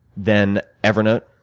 then, evernote,